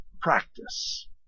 practice